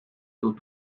dut